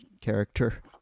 character